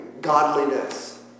godliness